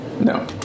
No